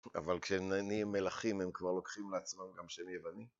אבל כשהם נהיים מלאכים הם כבר לוקחים לעצמם גם שני הבנים.